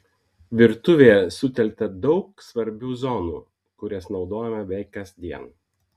virtuvėje sutelkta daug svarbių zonų kurias naudojame beveik kasdien